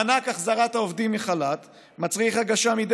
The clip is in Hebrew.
מענק החזרת העובדים מחל"ת מצריך הגשה מדי